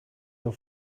your